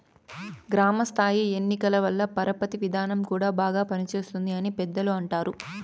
గ్రామ స్థాయి ఎన్నికల వల్ల పరపతి విధానం కూడా బాగా పనిచేస్తుంది అని పెద్దలు అంటారు